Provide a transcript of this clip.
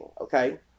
okay